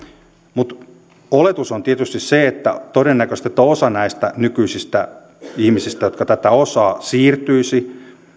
mutta oletus on tietysti se että on todennäköistä että osa näistä nykyisistä ihmisistä jotka tätä osaavat siirtyisi